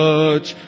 Touch